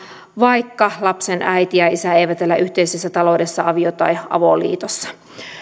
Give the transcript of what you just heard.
vaikka lapsen äiti ja isä eivät elä yhteisessä taloudessa avio tai avoliitossa